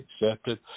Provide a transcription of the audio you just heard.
accepted